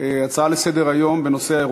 הצעות לסדר-היום מס' 4293,